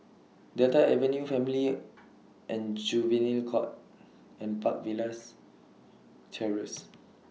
Delta Avenue Family and Juvenile Court and Park Villas Terrace